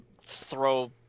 throw